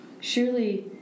Surely